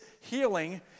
healing